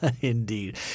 Indeed